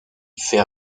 fait